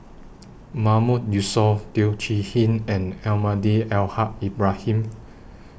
Mahmood Yusof Teo Chee Hean and Almahdi Al Haj Ibrahim